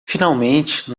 finalmente